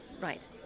right